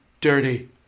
dirty